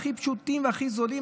הכי פשוטים והכי זולים,